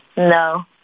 No